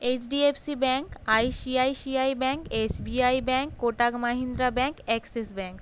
HDFC bank ICICI bank SBI bank Kotak Mahindra bank Axis bank